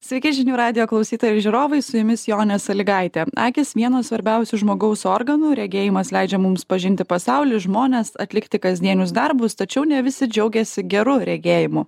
sveiki žinių radijo klausytojai ir žiūrovai su jumis jonė saligaitė akys vienas svarbiausių žmogaus organų regėjimas leidžia mums pažinti pasaulį žmones atlikti kasdienius darbus tačiau ne visi džiaugiasi geru regėjimu